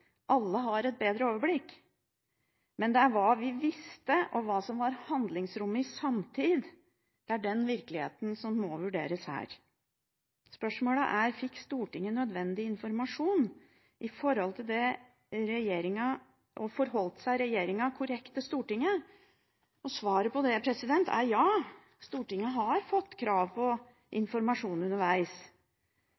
alle har et bedre overblikk. Men det er hva vi visste, og hva som var handlingsrommet i samtid, som er virkeligheten som må vurderes her. Spørsmålet er: Fikk Stortinget nødvendig informasjon, og forholdt regjeringen seg korrekt til Stortinget? Svaret på det er ja. Stortinget har stilt krav om informasjon underveis. Det har de fått,